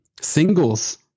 Singles